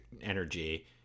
energy